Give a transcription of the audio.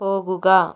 പോകുക